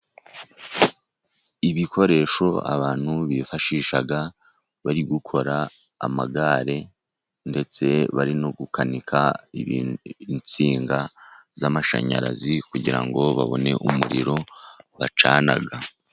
Ibikoresho abantu bifashisha bari gukora amagare, ndetse bari no gukanika insinga z'amashanyarazi, kugira ngo babone umuriro bacana.